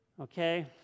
okay